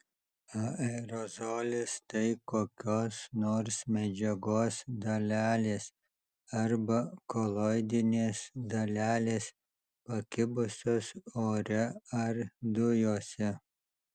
aerozolis tai kokios nors medžiagos dalelės arba koloidinės dalelės pakibusios ore ar dujose